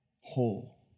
whole